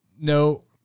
No